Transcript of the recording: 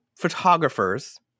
photographers